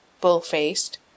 bull-faced